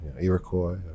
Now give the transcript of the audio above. Iroquois